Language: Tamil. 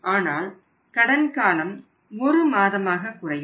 ஆனால் கடன் காலம் ஒரு மாதமாக குறையும்